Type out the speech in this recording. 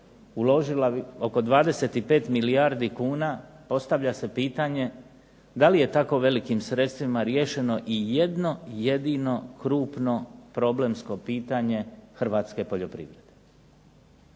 uložila oko 25 milijardi kuna postavlja se pitanje da li je tako velikim sredstvima riješeno i jedno jedino krupno problemsko pitanje hrvatske poljoprivrede.